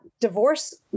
divorce